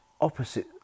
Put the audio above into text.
opposite